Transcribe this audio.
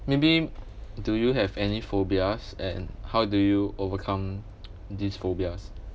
maybe do you have any phobias and how do you overcome these phobias